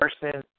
person